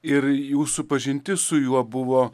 ir jūsų pažintis su juo buvo